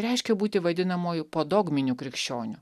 reiškia būti vadinamuoju podogminiu krikščioniu